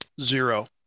Zero